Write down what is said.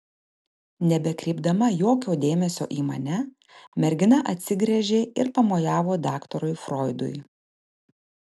nebekreipdama jokio dėmesio į mane mergina atsigręžė ir pamojavo daktarui froidui